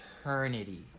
eternity